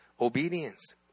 obedience